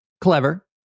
Clever